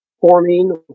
forming